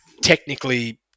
technically